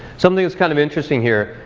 something that's kind of interesting here,